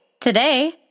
today